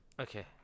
Okay